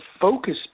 focus